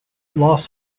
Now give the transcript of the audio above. loss